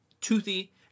toothy